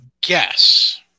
guess